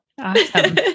Awesome